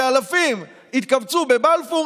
שאלפים יתקבצו בבלפור,